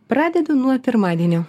pradedu nuo pirmadienio